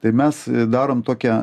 tai mes darome tokią